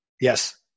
Yes